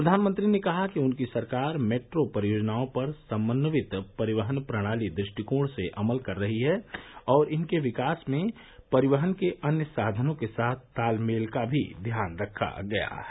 प्रधानमंत्री ने कहा कि उनकी सरकार मेट्रो परियोजनाओं पर समन्वित परिवहन प्रणाली दृष्टिकोण से अमल कर रही है और इनके विकास में परिवहन के अन्य साधनों के साथ तालमेल का भी ध्यान रखा गया है